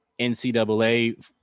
ncaa